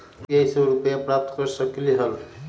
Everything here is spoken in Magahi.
यू.पी.आई से रुपए प्राप्त कर सकलीहल?